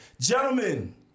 Gentlemen